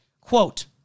quote